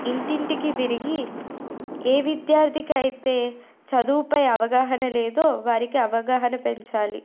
ఇంటింటికి తిరిగి ఏ విద్యార్థికి అయితే చదువుపై అవగాహన లేదో వారికి అవగాహన పెంచాలి